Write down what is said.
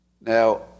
Now